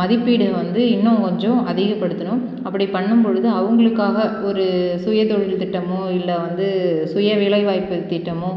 மதிப்பீடு வந்து இன்னும் கொஞ்சம் அதிகப்படுத்துணும் அப்படி பண்ணும் பொழுது அவங்களுக்காக ஒரு சுயத்தொழில் திட்டமோ இல்லை வந்து சுய வேலைவாய்ப்பு திட்டமோ